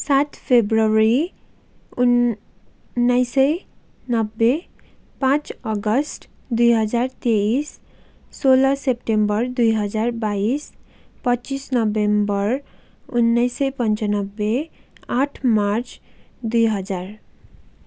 सात फेब्रुअरी उन्नाइस सय नब्बे पाँच अगस्त दुई हजार तेइस सोह्र सेप्टेम्बर दुई हजार बाइस पच्चिस नोभेम्बर उन्नाइस सय पन्चानब्बे आठ मार्च दुई हजार